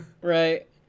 Right